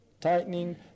tightening